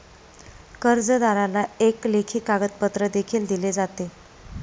कर्जदाराला एक लेखी कागदपत्र देखील दिले जाते